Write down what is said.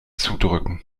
zudrücken